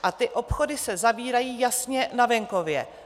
A ty obchody se zavírají jasně na venkově.